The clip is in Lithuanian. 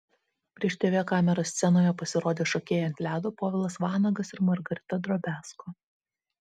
prieš tv kameras scenoje pasirodė šokėjai ant ledo povilas vanagas ir margarita drobiazko